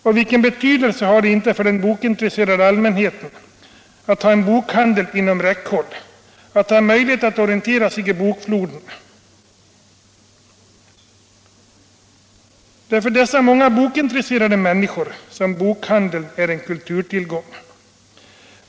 Och vilken betydelse har det inte för den bokintresserade allmänheten att ha en bokhandel inom räckhåll, att ha möjlighet att orientera sig i bokfloden? Det är för dessa många bokintresserade människor som bokhandeln är en kulturtillgång.